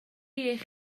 eich